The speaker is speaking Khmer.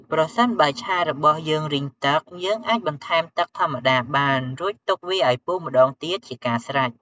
ប្រសិនបើ ឆារបស់យើងរីងទឹក យើងអាចបន្ថែមទឹកធម្មតាបាន រួចទុកវាឲ្យពុះម្តងទៀតជាការស្រេច។